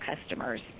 customers